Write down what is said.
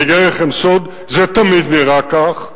אני אגלה לכם סוד: זה תמיד נראה כך,